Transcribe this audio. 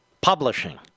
Publishing